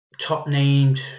top-named